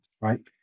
right